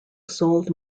sold